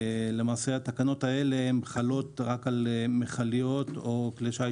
התקנות חלות רק על מכליות או כלי שיט